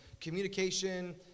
communication